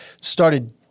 Started